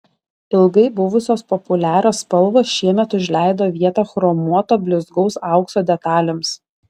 ilgai buvusios populiarios spalvos šiemet užleido vietą chromuoto blizgaus aukso detalėms